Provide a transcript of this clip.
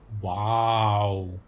Wow